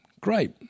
Great